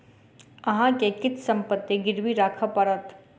अहाँ के किछ संपत्ति गिरवी राखय पड़त